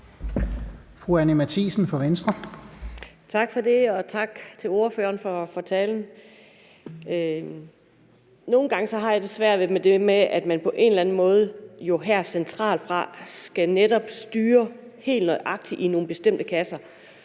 Tak for det, og tak til ordføreren for talen. Nogle gange har jeg det svært med det med, at man på en eller anden måde her centralt fra jo netop skal styre tingene helt nøjagtigt og i nogle bestemte kasser.